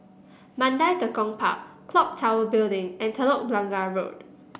Mandai Tekong Park clock Tower Building and Telok Blangah Road